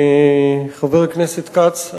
חבר הכנסת כץ,